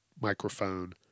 microphone